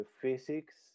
physics